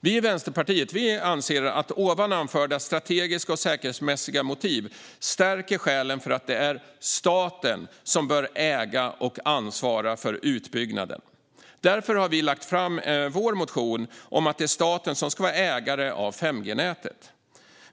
Vi i Vänsterpartiet anser att anförda strategiska och säkerhetsmässiga motiv stärker skälen för att det är staten som bör äga och ansvara för utbyggnaden. Därför har vi lagt fram vår motion om att det är staten som ska vara ägare av 5G-nätet.